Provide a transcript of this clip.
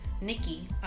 Nikki